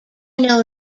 know